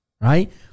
right